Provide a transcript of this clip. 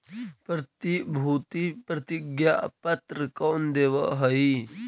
प्रतिभूति प्रतिज्ञा पत्र कौन देवअ हई